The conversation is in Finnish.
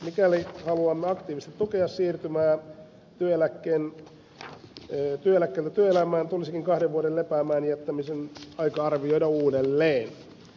mikäli haluamme aktiivisesti tukea siirtymää työttömyyseläkkeeltä työelämään tulisikin kahden vuoden lepäämäänjättämisaika arvioida uudelleen